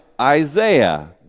Isaiah